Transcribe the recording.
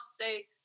say